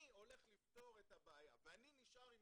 אני הולך לפתור את הבעיה ואני נשאר עם